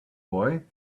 boy